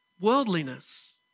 Worldliness